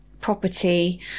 property